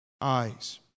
eyes